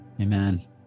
Amen